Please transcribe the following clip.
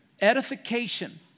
Edification